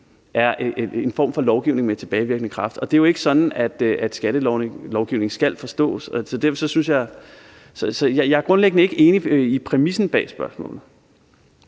er en form for lovgivning med tilbagevirkende kraft, og det er jo ikke sådan, skattelovgivning skal forstås. Så jeg er grundlæggende ikke enig i præmissen bag spørgsmålet.